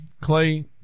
clay